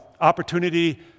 opportunity